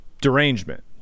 derangement